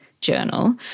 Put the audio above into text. journal